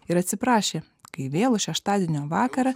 ir atsiprašė kai vėlų šeštadienio vakarą